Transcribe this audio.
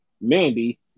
Mandy